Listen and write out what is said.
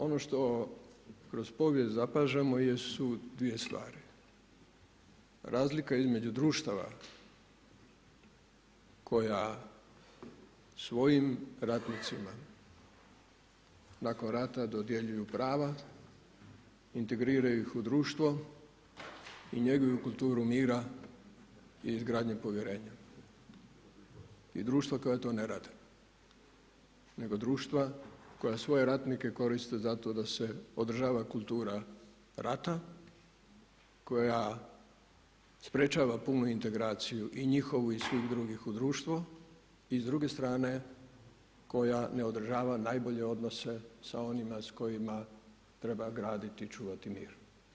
Ono što kroz povijest zapažamo jesu dvije stvari, razlika između društava koja svojim ratnicima nakon rata dodjeljuju prava, integriraju ih u društvo i njeguju kulturu mira i izgradnje povjerenja i društva koja to ne rade, nego društva koja svoje ratnike koriste zato da se održava kultura rata, koja sprječava punu integraciju i njihovu i svih drugih u društvu i s druge strane koja ne održava najbolje odnose sa onima s kojima treba graditi i čuvati mir.